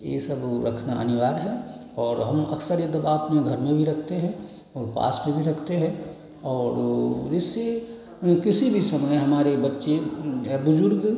ये सब रखना अनिवार्य है और हम अक्सर ये दवा अपने घर में भी रखते हैं और पास में भी रखते हैं और वह जिससे किसी भी समय हमारे बच्चे या बुजुर्ग